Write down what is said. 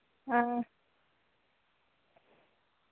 हां